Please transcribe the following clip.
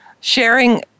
sharing